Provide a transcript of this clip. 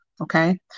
Okay